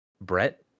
Brett